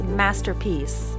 masterpiece